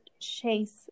chase